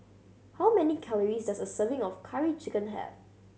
how many calories does a serving of Curry Chicken have